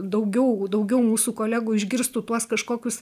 daugiau daugiau mūsų kolegų išgirstų tuos kažkokius